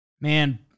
Man